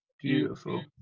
Beautiful